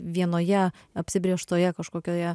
vienoje apsibrėžtoje kažkokioje